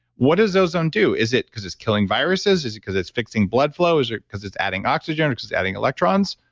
what does ozone do? is it because it's killing viruses? is it because it's fixing blood flow? is it because it's adding oxygen? or because it's adding electrons?